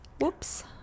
Whoops